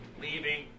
leaving